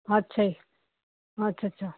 ਅੱਛਾ ਜੀ ਅੱਛਾ ਅੱਛਾ